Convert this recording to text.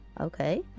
Okay